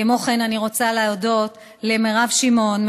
כמו כן אני רוצה להודות למירב שמעון,